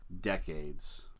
decades